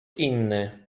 inny